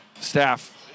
staff